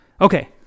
Okay